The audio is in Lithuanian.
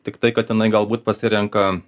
tiktai kad jinai galbūt pasirenka